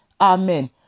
Amen